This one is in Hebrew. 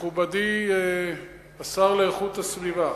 מכובדי השר לאיכות הסביבה?